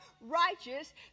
righteous